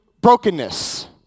brokenness